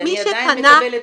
כי אני עדיין מקבלת פניות.